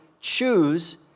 choose